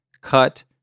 cut